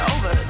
Over